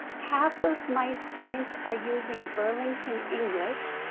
half of my students are using burlington english.